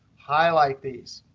highlight these.